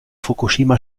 fukushima